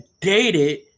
dated